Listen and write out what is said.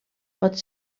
pot